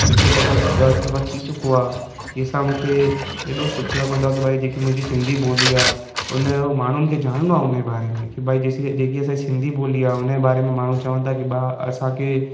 हिकु दफ़ो ॿ दफ़ो थी चुको आहे जंहिंसां मूंखे हेॾो सुठो लॻंदो आहे की भाई जेकी मुंहिंजी सिंधी ॿोली आहे उन जो माण्हुनि खे ॼाण आहे उन्हनि जे बारे में की भाई जेकी असांजी सिंधी ॿोली आहे उन जे बारे में माण्हू चवनि था की भाउ असांखे